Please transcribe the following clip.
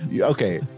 Okay